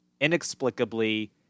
inexplicably